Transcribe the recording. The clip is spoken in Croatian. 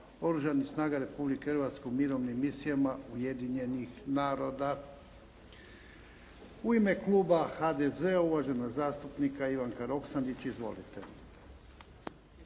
Oružanih snaga Republike Hrvatske u mirovnim misijama Ujedinjenih naroda.". U ime kluba HDZ-a, uvažena zastupnica Ivanka Roksandić. Izvolite.